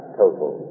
total